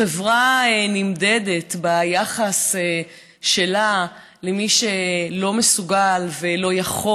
חברה נמדדת ביחס שלה למי שלא מסוגל ולא יכול.